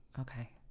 Okay